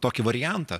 tokį variantą